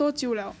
多久 liao